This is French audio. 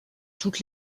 toutes